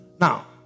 now